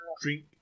drink